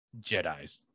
Jedis